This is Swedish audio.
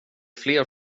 fler